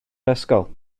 ysgol